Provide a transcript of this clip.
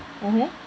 mmhmm